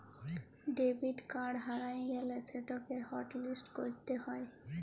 debit card হারাঁয় গ্যালে সেটকে হটলিস্ট ক্যইরতে হ্যয়